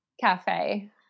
Cafe